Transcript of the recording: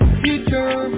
future